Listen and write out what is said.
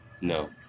No